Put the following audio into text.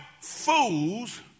Fools